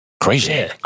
Crazy